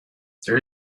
there